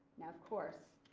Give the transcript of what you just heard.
now of course,